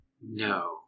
No